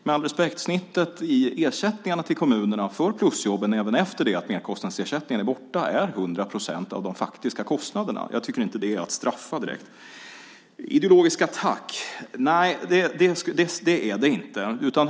Med all respekt är snittet på ersättningarna till kommunerna för plusjobben 100 procent av de faktiska kostnaderna även efter det att merkostnadsersättningen är borta. Jag tycker inte att det är att straffa direkt. Det är inte en ideologisk attack.